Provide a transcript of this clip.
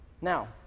now